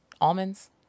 almonds